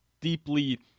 deeply